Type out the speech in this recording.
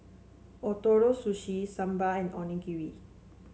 Ootoro Sushi Sambar and Onigiri